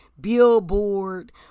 billboard